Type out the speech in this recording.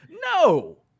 no